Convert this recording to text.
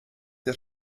der